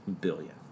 billion